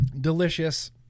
Delicious